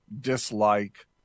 dislike